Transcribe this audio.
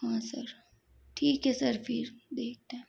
हाँ सर ठीक है सर फिर देखते हैं